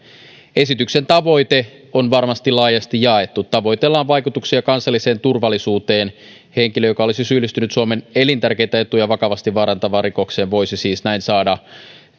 esityksen tavoite on varmasti laajasti jaettu tavoitellaan vaikutuksia kansalliseen turvallisuuteen henkilö joka olisi syyllistynyt suomen elintärkeitä etuja vakavasti vaarantavaan rikokseen voisi siis näin saada